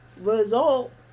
result